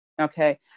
Okay